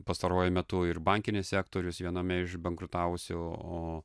pastaruoju metu ir bankinis sektorius viename iš bankrutavusių o